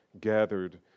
gathered